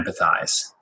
empathize